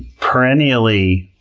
perennially